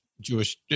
Jewish